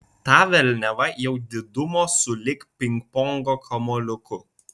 ta velniava jau didumo sulig pingpongo kamuoliuku